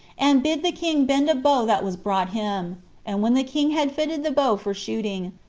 and bid the king bend a bow that was brought him and when the king had fitted the bow for shooting,